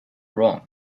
wrong